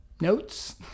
notes